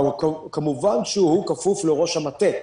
כמובן שהוא כפוף לראש המטה.